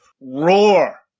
roar